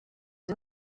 den